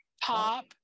pop